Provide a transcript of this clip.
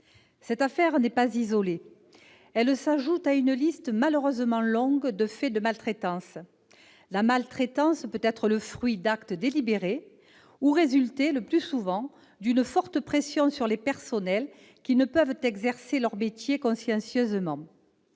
Cette affaire n'est pas isolée. Elle s'ajoute à une liste malheureusement longue de faits de maltraitance. La maltraitance peut être le fruit d'actes délibérés ou résulter, le plus souvent, d'une forte pression sur le personnel, qui ne peut exercer son métier consciencieusement.